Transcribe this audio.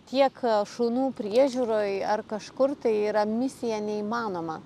tiek šunų priežiūroj ar kažkur tai yra misija neįmanoma